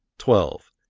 twelve.